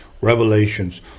revelations